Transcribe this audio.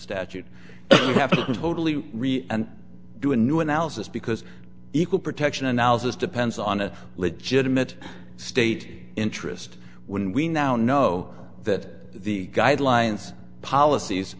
have totally re and do a new analysis because equal protection analysis depends on a legitimate state interest when we now know that the guidelines policies